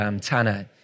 Tanner